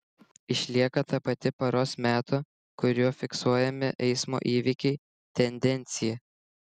išlieka ta pati paros meto kuriuo fiksuojami eismo įvykiai tendencija